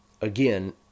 again